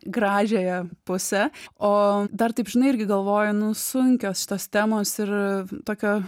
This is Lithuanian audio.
gražiąją pusę o dar taip žinai irgi galvoju nu sunkios šitos temos ir tokio